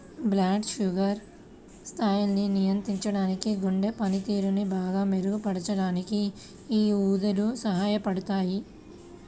blood sugar స్థాయిల్ని నియంత్రించడానికి, గుండె పనితీరుని బాగా మెరుగుపరచడానికి యీ ఊదలు సహాయపడతయ్యి